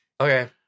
Okay